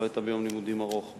שלא היתה ביום לימודים ארוך,